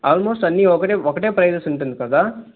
almost అన్నీ అన్నీ ఒకటే ప్రైసస్ ఉంటుంది కదా